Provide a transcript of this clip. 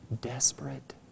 desperate